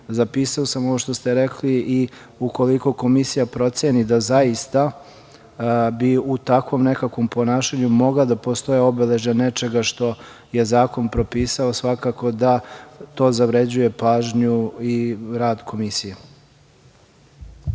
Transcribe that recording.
zapisao sam ovo što ste rekli, ukoliko Komisija proceni da zaista bi u takvom nekakvom ponašanju mogla da postoje obeležja nečega što je zakon propisao, svakako da to zavređuje pažnju i rad Komisije.